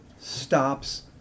stops